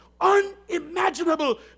Unimaginable